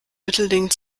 mittelding